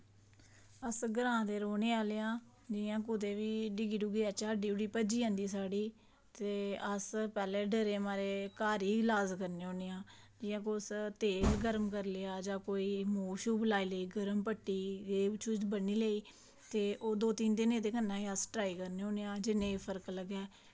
अस ग्रांऽ दे रौह्ने आह्ले आं जियां कुदै बी डि'ग्गी जाह्चै ते हड्डी भज्जी जंदी साढ़ी ते अस पैह्लें डरे दे मारे पैह्लें घर ई ईलाज करने होन्ने आं जियां तुसें तेल गर्म करी लेआ जां फिर मूव लाई लेई गर्म पट्टी जो बी चीज़ बन्नी लेई ते तीन दिन एह्दे कन्नै गै अस ट्राई करने होने आं जे नेईं फर्क लग्गे